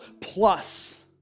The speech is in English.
plus